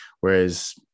Whereas